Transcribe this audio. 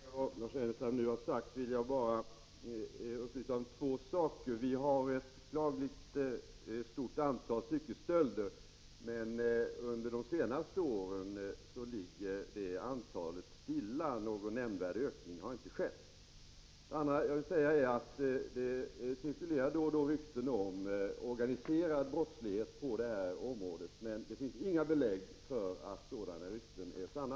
Herr talman! Med anledning av vad Lars Ernestam nu sagt vill jag upplysa om två saker. Vi har ett beklagligt stort antal cykelstölder, men under de senaste åren har antalet legat stilla. Någon nämnvärd ökning har inte skett. Det andra är att det då och då cirkulerar rykten om organiserad brottslighet på detta område. Det finns inga belägg för att sådana rykten är sanna.